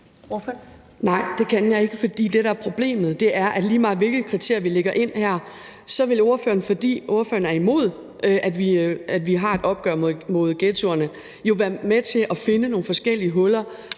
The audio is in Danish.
Nej, det kan jeg ikke, for det, der er problemet, er, at lige meget hvilke kriterier vi lægger ind her, vil ordføreren, fordi ordføreren er imod, at vi har et opgør med ghettoerne, jo være med til at finde nogle forskellige huller,